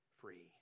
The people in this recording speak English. free